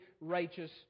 righteous